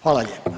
Hvala lijepa.